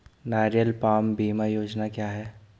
नारियल पाम बीमा योजना क्या है?